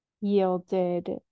yielded